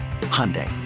Hyundai